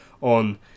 on